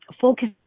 focus